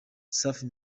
safi